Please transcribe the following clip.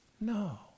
No